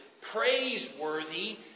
praiseworthy